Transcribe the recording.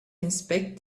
inspect